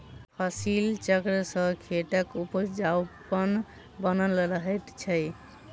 फसिल चक्र सॅ खेतक उपजाउपन बनल रहैत छै